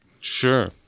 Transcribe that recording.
sure